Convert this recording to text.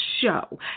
Show